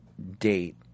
date